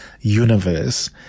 universe